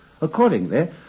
Accordingly